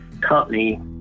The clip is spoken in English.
company